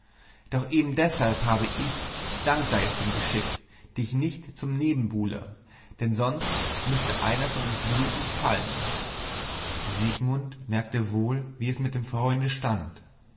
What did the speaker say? doch eben deshalb habe ich dank sei es dem geschick dich nicht zum nebenbuhler denn sonst müßte einer von uns blutend fallen siegmund merkte wohl wie es mit dem freunde stand